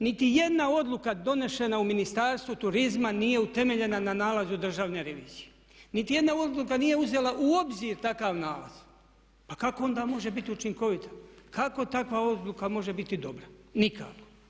Niti jedna odluka donešena u Ministarstvu turizma nije utemeljena na nalazu Državne revizije, niti jedna odluka nije uzela u obzir takav nalaz, pa kako onda može biti učinkovita, kako takva odluka može biti dobra, nikako.